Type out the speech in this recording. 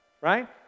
right